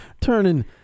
turning